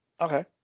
Okay